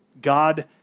God